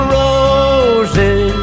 roses